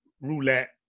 roulette